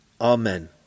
Amen